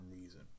reason